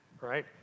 right